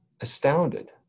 astounded